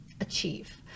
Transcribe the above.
achieve